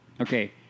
Okay